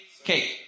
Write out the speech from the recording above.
okay